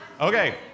Okay